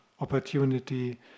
opportunity